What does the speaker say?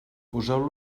poseu